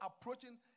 approaching